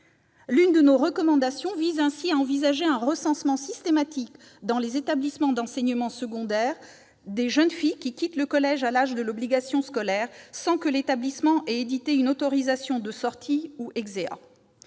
L'une de nos recommandations vise ainsi à envisager un recensement systématique, dans les établissements d'enseignement secondaire, des jeunes filles qui quittent le collège à l'âge de l'obligation scolaire sans que l'établissement ait édité une autorisation de sortie ou.